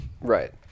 Right